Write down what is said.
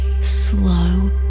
Slow